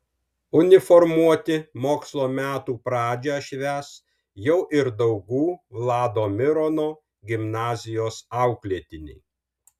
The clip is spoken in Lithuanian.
uniformuoti mokslo metų pradžią švęs jau ir daugų vlado mirono gimnazijos auklėtiniai